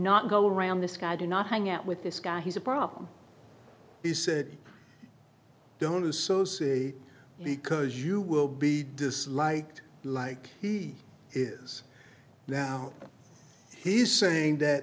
not go around this guy do not hang out with this guy he's a problem he said don't associate because you will be disliked like he is now he is saying that